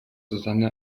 susanne